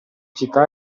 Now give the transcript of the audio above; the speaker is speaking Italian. città